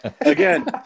Again